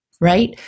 right